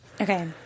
Okay